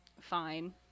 fine